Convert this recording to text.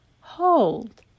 hold